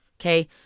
okay